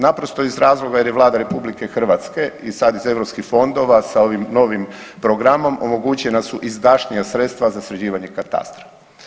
Naprosto iz razloga jer je Vlada RH i sad iz eu fondova sa ovim novim programom omogućena su izdašnija sredstva za sređivanje katastra.